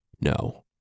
No